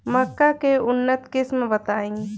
मक्का के उन्नत किस्म बताई?